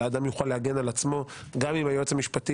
אלא האדם יוכל להגן על עצמו גם אם היועץ המשפטי